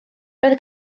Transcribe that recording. roedd